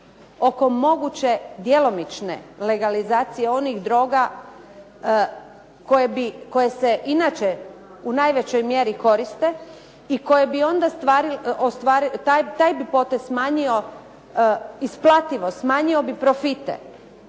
oko moguće djelomične legalizacije onih droga koje se inače u najvećoj mjeri koriste i koje bi onda taj potez isplatio, smanjio bi profite.